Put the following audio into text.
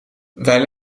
wij